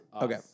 Okay